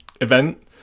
event